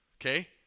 Okay